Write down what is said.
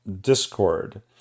discord